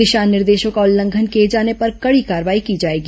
दिशा निर्देशों का उल्लंघन किए जाने पर कड़ी कार्रवाई की जाएगी